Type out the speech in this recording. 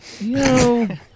No